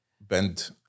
bend